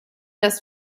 dass